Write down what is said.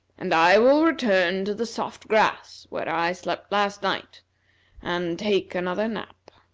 and i will return to the soft grass where i slept last night and take another nap.